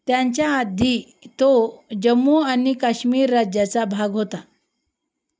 त्याच्या आधी तो जम्मू आणि काश्मीर राज्याचा भाग होता